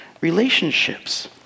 relationships